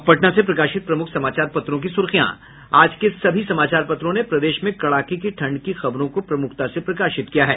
अब पटना से प्रकाशित प्रमुख समाचार पत्रों की सुर्खियां आज के सभी समाचार पत्रों ने प्रदेश में कड़ाके की ठंड की खबरों को प्रमुखता से प्रकाशित किया है